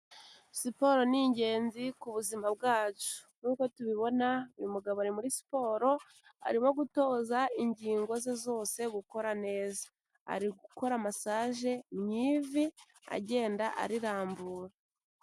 Siporo ni ingenzi ku buzima bwacu. Nkuko tubibona uyu mugabo ari muri siporo, arimo gutoza ingingo ze zose gukora neza. Ari gukora massage mu ivi agenda arirambura.